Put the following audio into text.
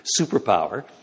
superpower